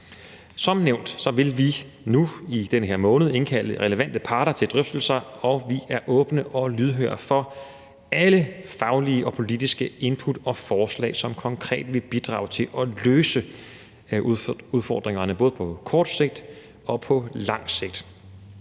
Som nævnt vil vi nu, i den her måned, indkalde relevante parter til drøftelser, og vi er åbne og lydhøre over for alle faglige og politiske input og forslag, som konkret vil bidrage til at løse udfordringerne, både på kort sigt og på lang sigt,